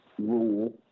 rule